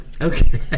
Okay